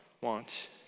want